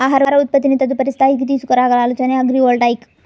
ఆహార ఉత్పత్తిని తదుపరి స్థాయికి తీసుకురాగల ఆలోచనే అగ్రివోల్టాయిక్